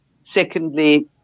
Secondly